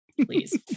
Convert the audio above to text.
Please